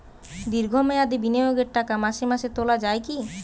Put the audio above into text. দীর্ঘ মেয়াদি বিনিয়োগের টাকা মাসে মাসে তোলা যায় কি?